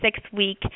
six-week